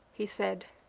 he said.